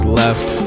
left